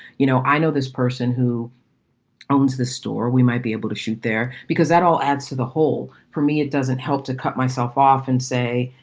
you know, i know this person who owns this store, we might be able to shoot there because that all adds to the whole. for me, it doesn't help to cut myself off and say,